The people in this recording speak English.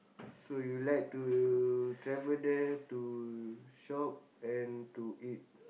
so you like to travel there to shop and to eat